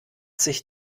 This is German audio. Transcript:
sich